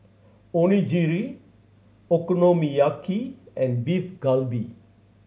Onigiri Okonomiyaki and Beef Galbi